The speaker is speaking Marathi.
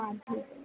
हां चालेल